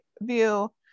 view